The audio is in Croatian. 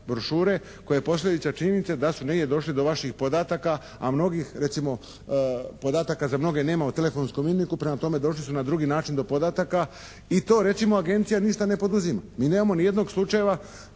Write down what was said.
brošure koje je posljedica činjenice da su negdje došli do vaših podataka a mnogih podataka recimo za mnoge nema u telefonskom imeniku. Prema tome, došli su na drugi način do podataka i to recimo agencija ništa ne poduzima. Mi nemamo nijednog slučaja